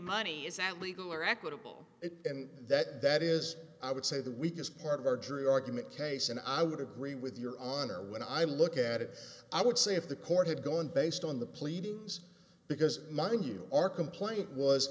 money is that legal or equitable and that that is i would say the weakest part of our jury argument case and i would agree with your honor when i look at it i would say if the court had gone based on the pleadings because mind you our complaint was